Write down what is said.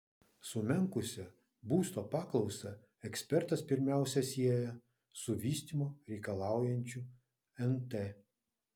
sumenkusią būsto paklausą ekspertas pirmiausia sieja su vystymo reikalaujančiu nt